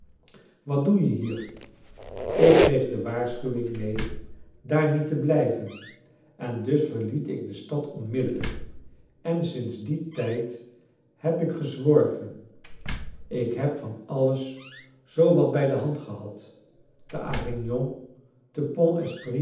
wat doe je hier ik kreeg de waarschuwing mee daar niet te blijven en dus verliet ik de stad onmiddellijk en sinds dien tijd heb ik gezworven ik heb van alles zoo wat bij de hand gehad te avignon te